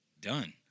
done